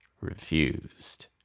refused